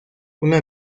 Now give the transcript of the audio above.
una